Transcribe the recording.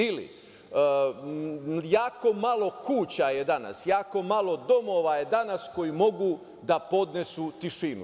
Ili, jako malo kuća je danas, jako malo domova je danas koji mogu da podnesu tišinu.